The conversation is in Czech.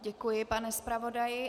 Děkuji, pane zpravodaji.